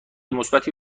مثبتی